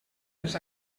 les